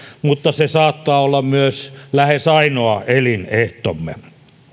mutta se saattaa olla myös lähes ainoa elinehtomme